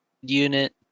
unit